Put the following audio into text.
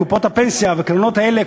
קופות הפנסיה והקרנות האלה,